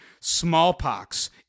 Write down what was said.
Smallpox